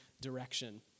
direction